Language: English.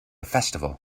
festival